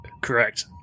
Correct